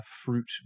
fruit